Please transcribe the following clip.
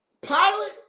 pilot